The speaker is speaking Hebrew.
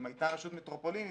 אם הייתה רשות מטרופולינית,